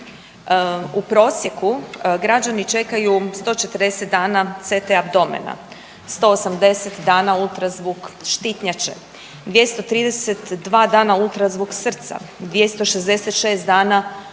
U prosjeku građani čekaju 140 dana CT abdomena, 180 dana UZV štitnjače, 232 dana UZV srca, 266 dana UZV